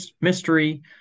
mystery